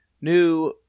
new